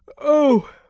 oh,